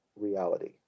reality